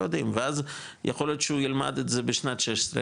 יודעים ואז יכול להיות שהוא ילמד את זה בשנת 16,